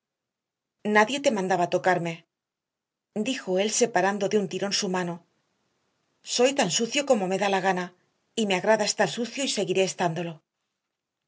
nadie te mandaba tocarme dijo él separando de un tirón su mano soy tan sucio como me da la gana y me agrada estar sucio y seguiré estándolo